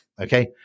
Okay